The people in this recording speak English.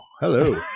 hello